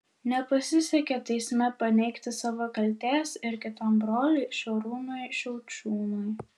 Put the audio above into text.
nepasisekė teisme paneigti savo kaltės ir kitam broliui šarūnui šiaučiūnui